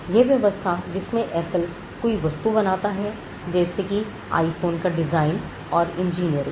यह व्यवस्था जिसमें एप्पल कोई वस्तु बनाता है जैसे कि आईफोन का डिजाइन और इंजीनियरिंग